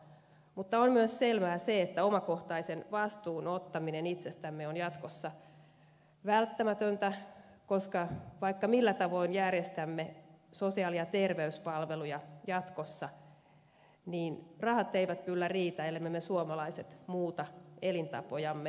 mutta on myös selvää se että omakohtaisen vastuun ottaminen itsestämme on jatkossa välttämätöntä koska vaikka millä tavoin järjestämme sosiaali ja terveyspalveluja jatkossa niin rahat eivät kyllä riitä ellemme me suomalaiset muuta elintapojamme terveemmiksi